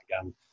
again